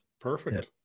Perfect